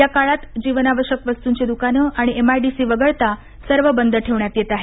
या काळात जीवनावश्यक वस्तूंची दुकानं आणि एमआयडीसी वगळता सर्व बंद ठेवण्यात येत आहे